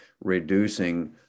reducing